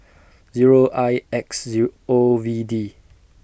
Zero I X Zero O V D